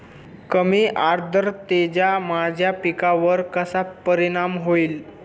कमी आर्द्रतेचा माझ्या मका पिकावर कसा परिणाम होईल?